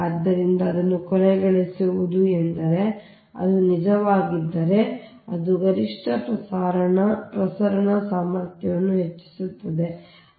ಆದ್ದರಿಂದ ಅದನ್ನು ಕೊನೆಗೊಳಿಸುವುದು ಎಂದರೆ ಅದು ನಿಜವಾಗಿದ್ದರೆ ಅದು ಗರಿಷ್ಠ ಪ್ರಸರಣ ಸಾಮರ್ಥ್ಯವನ್ನು ಹೆಚ್ಚಿಸುತ್ತದೆ